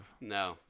No